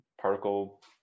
particle